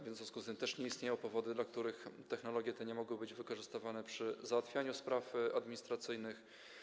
W związku z tym nie istnieją powody, dla których technologie te nie mogłyby być wykorzystywane przy załatwianiu spraw administracyjnych.